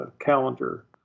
calendar